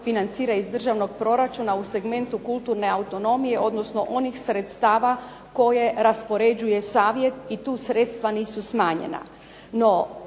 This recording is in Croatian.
financira iz državnog proračunu u segmentu kulturne autonomije, odnosno onih sredstava koje raspoređuje Savjet i tu sredstva nisu smanjena.